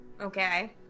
Okay